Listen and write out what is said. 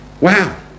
wow